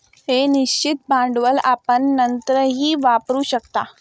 हे निश्चित भांडवल आपण नंतरही वापरू शकता